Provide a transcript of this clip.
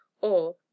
or